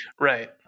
Right